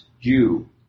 Jew